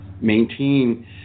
maintain